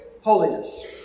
holiness